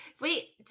wait